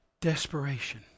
Desperation